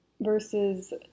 versus